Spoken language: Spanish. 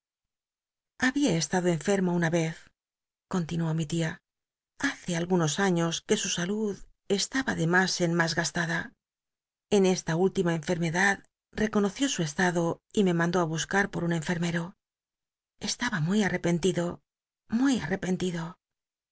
ya estado enfermo una vez continuó mi tia hace algunos años que su salud estaba de mas en mas gastada en esta última enfermedad reconoció su estado y me mandó busca r por llll enfermero estaba muy arrepentido muy arre